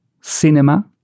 cinema